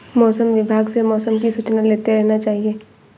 मौसम विभाग से मौसम की सूचना लेते रहना चाहिये?